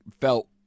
felt